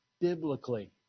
biblically